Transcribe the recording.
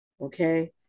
Okay